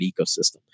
ecosystem